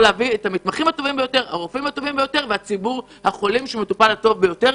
להביא את המתמחים הטובים ביותר ולציבור שמטופל טוב יותר.